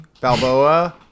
Balboa